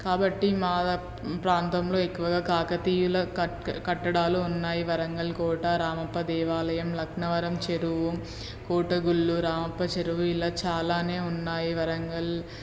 కాబట్టి మా ప్రాంతంలో ఎక్కువగా కాకతీయుల కట్ కట్టడాలు ఉన్నాయి వరంగల్ కోట రామప్ప దేవాలయం లక్నవరం చెరువు కోటగుళ్ళు రామప్ప చెరువు ఇలా చాలానే ఉన్నాయి వరంగల్